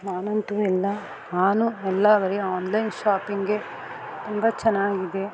ನಾನಂತೂ ಎಲ್ಲ ನಾನು ಎಲ್ಲ ಬರೀ ಆನ್ಲೈನ್ ಶಾಪಿಂಗೆ ತುಂಬ ಚೆನ್ನಾಗಿದೆ